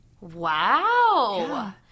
Wow